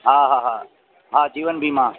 हा हा हा हा जीवन बीमा